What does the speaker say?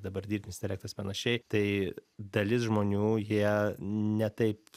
dabar dirbtinis intelektas panašiai tai dalis žmonių jie ne taip